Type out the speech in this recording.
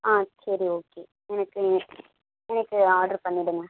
ஆ சரி ஓகே எனக்கு எனக்கு ஆட்ரு பண்ணிவிடுங்க